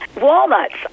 Walnuts